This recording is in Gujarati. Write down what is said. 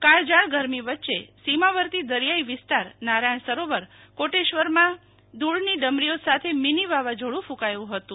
કાળઝાળ ગરમી વચ્ચે સીમાવર્તી દરિયાઈ વિસતાર નારાયણ સરોવર કોટેશ્વરમાં ધૂળની ડમરીઓ સાથે મિનિ વાવાઝોડું કૂંકાયું હતું